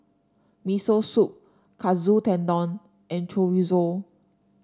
Miso Soup Katsu Tendon and Chorizo